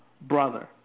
brother